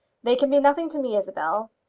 they can be nothing to me, isabel.